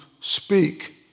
speak